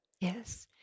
Yes